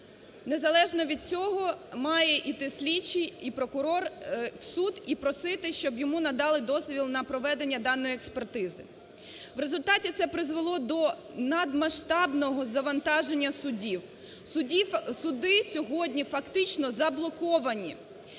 незалежно від цього має йти слідчий і прокурор в суд і просити, щоб йому надали дозвіл на проведення даної експертизи. В результаті це призвело до надмасштабного завантаження судів… судів… суди сьогодні фактично заблоковані.